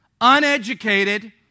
uneducated